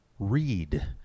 read